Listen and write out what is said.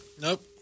Nope